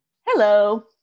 Hello